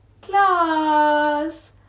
class